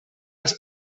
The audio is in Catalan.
els